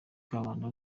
kabanda